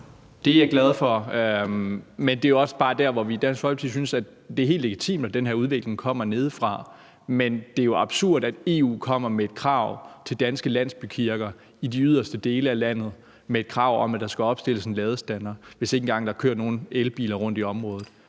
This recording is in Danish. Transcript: Det er jeg glad for. Men det er også bare der, hvor vi i Dansk Folkeparti synes, at det er helt legitimt, at den her udvikling kommer nedefra. Men det er jo absurd, at EU kommer med et krav til danske landsbykirker i de yderste dele af landet om, at der skal opstilles en ladestander, hvis der ikke engang kører nogen elbiler rundt i området.